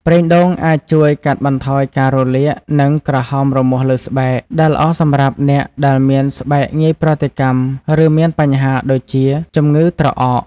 ប្រេងដូងអាចជួយ កាត់បន្ថយការរលាក និង ក្រហមរមាស់លើស្បែក ដែលល្អសម្រាប់អ្នកដែលមានស្បែកងាយប្រតិកម្ម ឬមានបញ្ហាដូចជា ជម្ងឺត្រអក។